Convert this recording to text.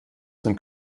sind